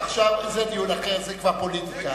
זה דיון אחר, זה כבר פוליטיקה.